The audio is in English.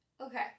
okay